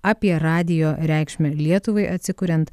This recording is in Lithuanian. apie radijo reikšmę lietuvai atsikuriant